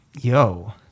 Yo